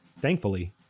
Thankfully